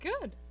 good